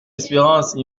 espérance